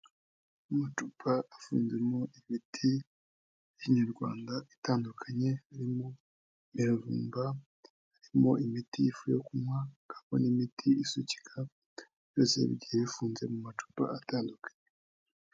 Amacupa afunzemo imiti ya kinyarwanda itandukanye, harimo imiravumba harimo imiti y'ifu yo kunywa, hakabamo n'imiti isukika, byose bigiye bifunze mu macupa atandukanye.